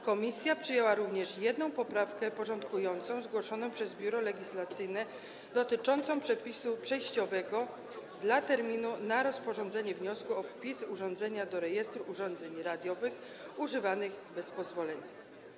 Komisja przyjęła również jedną poprawkę porządkującą, zgłoszoną przez Biuro Legislacyjne, dotyczącą przepisu przejściowego dotyczącego terminu na rozpatrzenie wniosku o wpis urządzenia do rejestru urządzeń radiowych używanych bez pozwolenia.